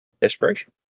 Desperation